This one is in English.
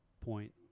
point